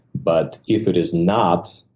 but if it is not,